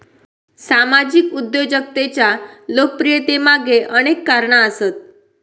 सामाजिक उद्योजकतेच्या लोकप्रियतेमागे अनेक कारणा आसत